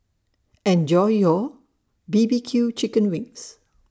Enjoy your B B Q Chicken Wings